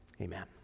amen